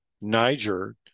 Niger